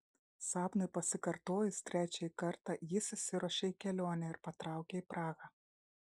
sapnui pasikartojus trečiąjį kartą jis išsiruošė į kelionę ir patraukė į prahą